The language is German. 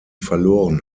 verloren